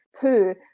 Two